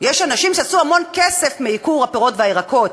יש אנשים שעשו המון כסף מייקור הפירות והירקות,